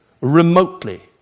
remotely